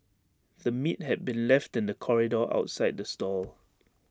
the meat had been left in the corridor outside the stall